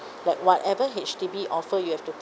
like whatever H_D_B offer you have to